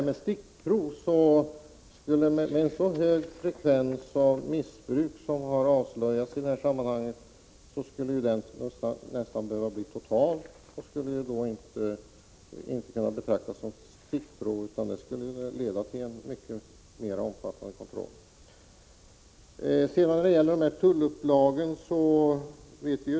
Med en sådan frekvens av missbruk skulle kontrollen behöva bli nästan total.